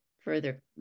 further